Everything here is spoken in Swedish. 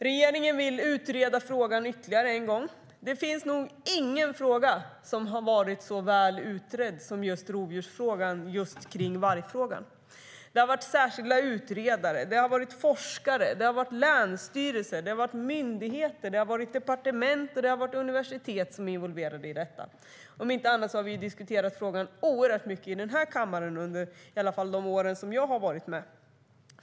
Regeringen vill utreda frågan ytterligare en gång. Men det finns nog ingen fråga som har varit så väl utredd som rovdjursfrågan just beträffande varg. Det har varit särskilda utredare, forskare, länsstyrelser, myndigheter, departement och universitet som har varit involverade. Om inte annat har vi diskuterat frågan oerhört mycket här i kammaren under i alla fall de år som jag har varit med.